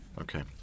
Okay